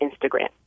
Instagram